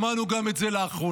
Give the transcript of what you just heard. שמענו גם את זה לאחרונה.